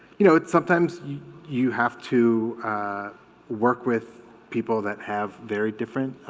you know it's sometimes you have to work with people that have very different